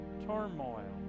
turmoil